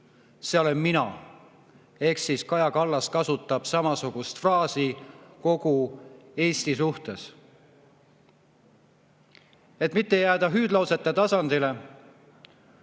see olen mina." Kaja Kallas kasutab samasugust fraasi kogu Eesti suhtes.Et mitte jääda hüüdlausete tasandile,